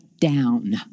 down